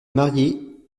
marié